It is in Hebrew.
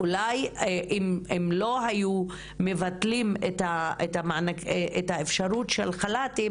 אולי אם הם לא היו מבטלים את האפשרות של חל"תים